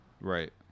right